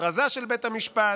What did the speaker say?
הכרזה של בית המשפט,